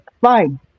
fine